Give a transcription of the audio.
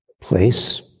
place